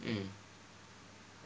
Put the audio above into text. mm